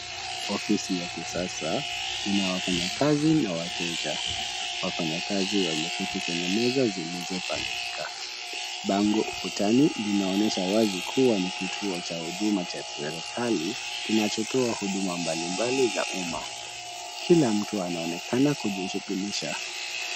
Ofisi ya kisasa ina wafanyakazi na wateja. Wafanyakazi wameketi kwenye meza zilizopangika. Bango ukutani inaonyesha wazi kuwa ni kituo cha huduma cha serikali kinachotoa huduma mbalimbali za umma. Kila mtu anaonekana kujishughulisha.